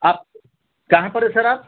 آپ کہاں پر ہے سر آپ